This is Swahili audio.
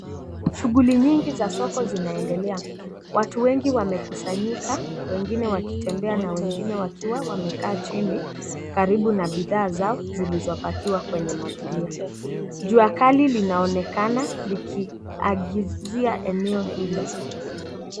Shughuli nyingi za soko zinaendelea watu wengi wamekusanyika wengine wakitembea na wengine wakiwa wamekaa chini karibu na bidhaa zao zilizopakiwa kwenye magunia jua Kali linaonekana likiangizia eneo hilo.